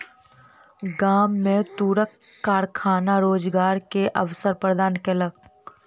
गाम में तूरक कारखाना रोजगार के अवसर प्रदान केलक